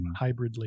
hybridly